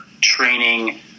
training